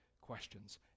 questions